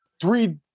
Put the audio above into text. three